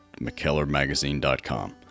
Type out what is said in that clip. mckellarmagazine.com